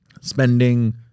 spending